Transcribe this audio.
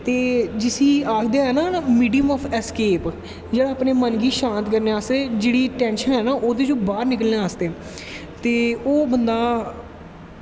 ते जिसी आखदे न ना मिडियम आफ अस्केप जेह्ड़ा अपनें मन गी शांत करदे आस्ते जेह्ड़ी टैंशन है ना ओह्दे चों बाह्र निकलनें आस्ते ते ओह् बंदा